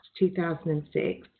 2006